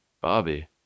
Bobby